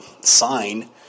sign